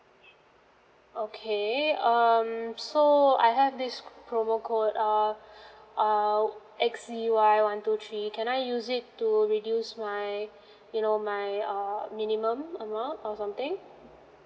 okay um so I have this promo code err err X Z Y one to three can I use it to reduce my you know my uh minimum amount or something